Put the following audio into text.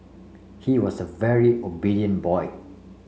he was a very obedient boy